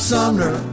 Sumner